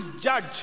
judge